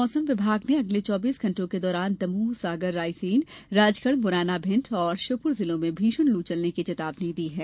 मौसम विभाग ने अगले चौबीस घंटों के दौरान दमोह सागर रायसेन राजगढ़ मुरैना भिंड और श्योपुर जिलों में भीषण लू चलने की चेतावनी दी है